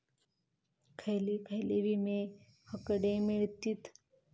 खयले खयले विमे हकडे मिळतीत?